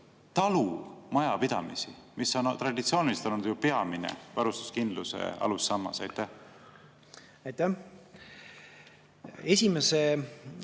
talumajapidamisi, mis on traditsiooniliselt olnud peamine varustuskindluse alussammas? Aitäh! Esimese